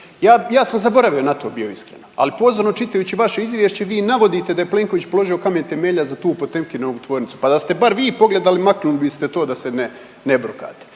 Ja sam zaboravio na to bio iskreno, ali pozorno čitajući vaše izvješće vi navodite da je Plenković položio kamen temeljac za tu Potemkinovu tvornicu, pa da ste barem vi pogledali maknuli biste to da se ne brukate.